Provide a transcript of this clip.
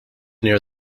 near